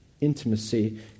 intimacy